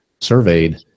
surveyed